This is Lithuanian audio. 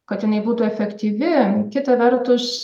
kad jinai būtų efektyvi kita vertus